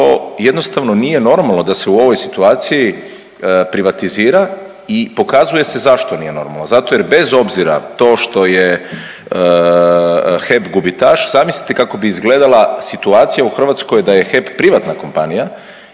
što jednostavno nije normalno da se u ovoj situaciji privatizira i pokazuje se zašto nije normalno. Zato jer bez obzira to što je HEP gubitaš zamislite kako bi izgledala situacija u Hrvatskoj da je HEP privatna kompanija